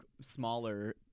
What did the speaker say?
smaller